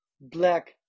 black